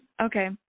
okay